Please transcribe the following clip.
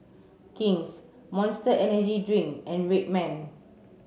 King's Monster Energy Drink and Red Man